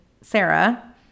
Sarah